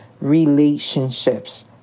relationships